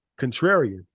contrarian